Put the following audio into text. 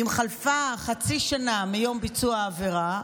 אם חלפה חצי שנה מיום ביצוע העבירה,